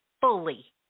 fully